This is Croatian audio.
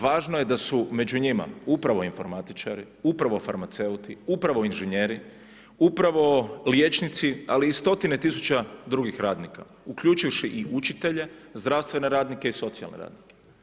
Važno je da su među njima upravo informatičari, upravo farmaceuti, upravo inženjeri, upravo liječnici, ali i stotine tisuća drugih radnika, uključivši i učitelje, zdravstvene radnike i socijalne radnike.